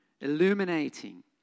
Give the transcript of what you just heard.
illuminating